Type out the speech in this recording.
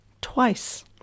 twice